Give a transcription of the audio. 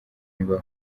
ibaho